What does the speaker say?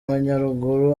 majyaruguru